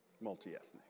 multi-ethnic